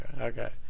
Okay